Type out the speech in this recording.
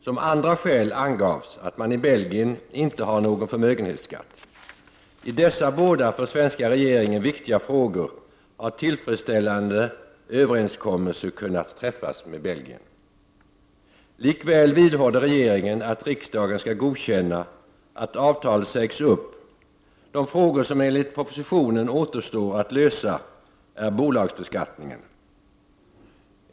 Som andra skäl anges att man i Belgien inte har någon förmögenhetsskatt. I dessa båda för svenska regeringen viktiga frågor har tillfredsställande överenskommelse kunnat träffas med Belgien. Likväl vidhåller regeringen att riksdagen skall godkänna att avtalet sägs upp. De frågor som enligt propositionen återstår att lösa gäller bolagsbeskattningen.